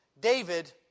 David